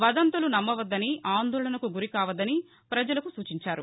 వదంతులు నమ్మవద్దని ఆందోళనకు గురికావద్దని పజలకు సూచించారు